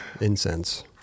incense